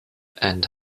and